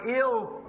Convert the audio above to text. ill